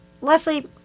Leslie